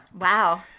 Wow